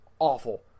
awful